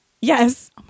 Yes